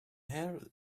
hair